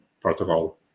protocol